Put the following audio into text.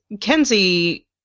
Kenzie